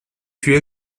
fut